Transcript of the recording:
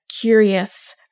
curious